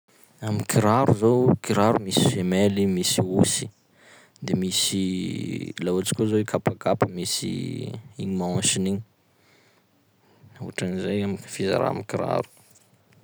Amy kiraro zao: kiraro misy semelle, misy housse, de misy laha ohatsy koa zao i kapakapa misy igny manche-ny igny, otran'izay am' fizaran'ny kiraro.